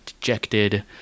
dejected